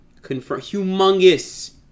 Humongous